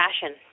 passion